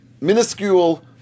minuscule